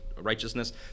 righteousness